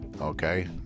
Okay